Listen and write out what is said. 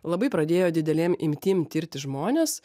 labai pradėjo didelėm imtim tirti žmones